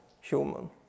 human